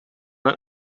het